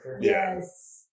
Yes